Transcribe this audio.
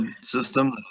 system